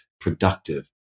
productive